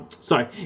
sorry